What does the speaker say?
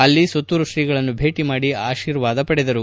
ಅಲ್ಲಿ ಸುತ್ತೂರು ಶ್ರೀಗಳನ್ನು ಭೇಟಿ ಮಾಡಿ ಆಶೀರ್ವಾದ ಪಡೆದರು